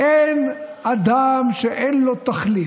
אין אדם שאין לו תחליף.